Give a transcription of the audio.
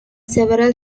several